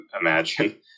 imagine